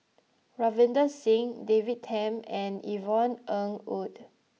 Ravinder Singh David Tham and Yvonne Ng Uhde